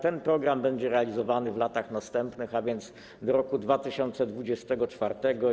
Ten program będzie realizowany w latach następnych, a więc do roku 2024.